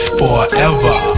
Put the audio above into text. forever